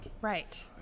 right